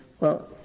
well,